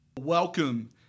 Welcome